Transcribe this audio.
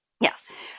Yes